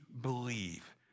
believe